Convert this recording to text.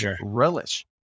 relish